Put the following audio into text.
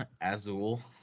Azul